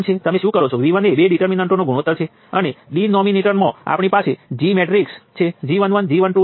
તેથી હું તે અહીં લખવાનો નથી પરંતુ તમે આ ત્રણ સમીકરણો પરથી સર્કિટમાનાં તમામ ચલોને ઉકેલી શકો છો